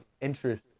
interest